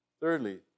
Thirdly